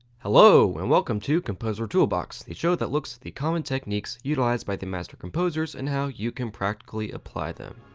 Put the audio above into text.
hello! and welcome to composer toolbox, the show that looks at the common techniques utilized by the master composers and how you can practically apply them.